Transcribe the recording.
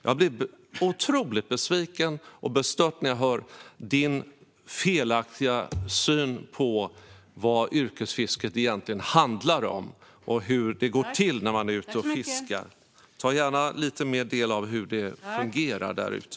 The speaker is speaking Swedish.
Jag blir otroligt besviken och bestört när jag hör din felaktiga syn på vad yrkesfisket egentligen handlar om, Markus Selin, och hur det går till när man är ute och fiskar. Ta gärna lite mer del av hur det fungerar där ute!